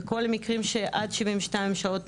בכל המקרים שעד 72 שעות,